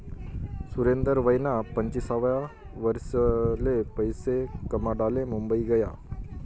सुरेंदर वयना पंचवीससावा वरीसले पैसा कमाडाले मुंबई गया